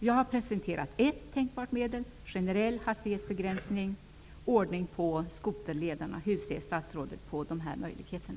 Jag har presenterat ett tänkbart medel -- generell hastighetsbegränsning och ordning på skoterlederna. Hur ser statsrådet på den möjligheten?